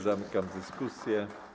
Zamykam dyskusję.